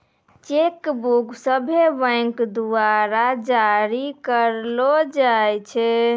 cheque book सभ्भे bank द्वारा जारी करलो जाय छै